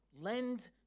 Lend